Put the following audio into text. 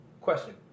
Question